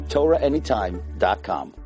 TorahAnytime.com